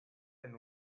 and